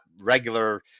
regular